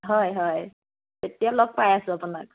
হয় হয় এতিয়া লগ পাই আছোঁ আপোনাক